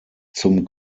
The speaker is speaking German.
zum